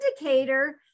indicator